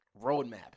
roadmap